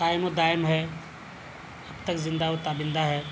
قائم و دائم ہے اب تک زندہ و تابندہ ہے